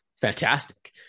fantastic